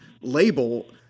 label